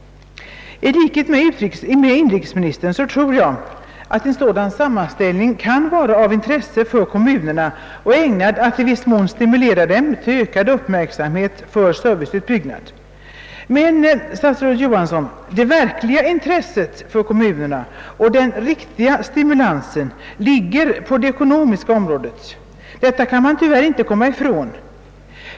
I likhet med inrikesministern tror jag att en sådan sammanställning kan vara av intresse för kommunerna och ägnad att i viss mån stimulera dem till ökad uppmärksamhet på serviceutbyggnaden. Men, statsrådet Johansson, det verkliga intresset för kommunerna och den riktiga stimulansen ligger på det ekonomiska området; det kan man tyvärr inte komma ifrån.